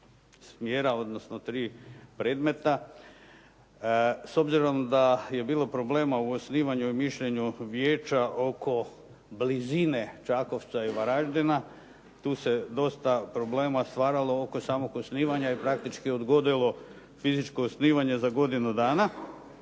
smjera odnosno tri predmeta. S obzirom da je bilo problema u osnivanju i mišljenju vijeća oko blizine Čakovca i Varaždina, tu se dosta problema stvaralo oko samog osnivanja, jer praktički se odgodilo fizičko osnivanje za godinu dana.